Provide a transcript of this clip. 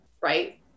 right